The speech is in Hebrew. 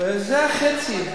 זה החצי.